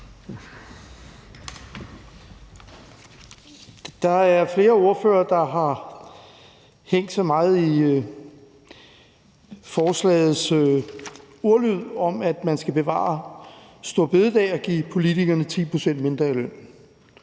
Der er flere ordførere, der har hængt sig meget i forslagets ordlyd om, at man skal bevare store bededag og give politikerne 10 pct. mindre i løn.